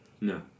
No